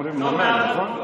אומרים המן, נכון?